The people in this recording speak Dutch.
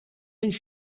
eens